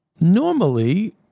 normally